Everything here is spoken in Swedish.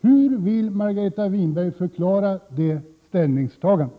Hur vill Margareta Winberg förklara det ställningstagandet?